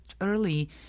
early